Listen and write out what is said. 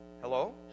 Hello